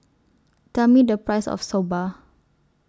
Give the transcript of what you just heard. Tell Me The Price of Soba